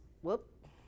whoop